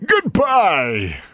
Goodbye